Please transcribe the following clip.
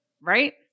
right